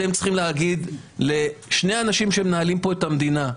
אתם צריכים להגיד לשני האנשים שמנהלים פה את המדינה,